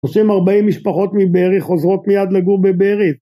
עושים 40 משפחות מבארי חוזרות מיד לגור בבארי